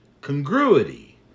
congruity